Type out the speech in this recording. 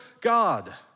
God